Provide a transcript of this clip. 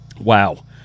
Wow